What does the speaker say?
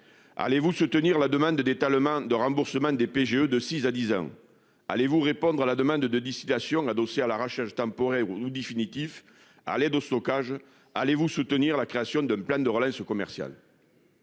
Allez-vous se tenir la demande d'étalement de remboursement des PGE de 6 à 10 ans. Allez-vous répondre à la demande de distillation adossé à l'arrachage temporaire ou définitif à l'aide au stockage. Allez-vous soutenir la création d'un plan de relance commerciale.